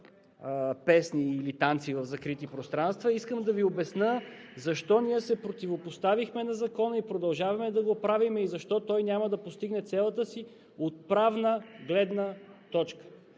песни или танци в закрити пространства, искам да Ви обясня защо ние се противопоставихме на Закона и продължаваме да го правим и защо той няма да постигне цялата си отправна гледна точка.